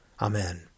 Amen